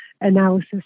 analysis